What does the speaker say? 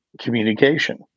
communication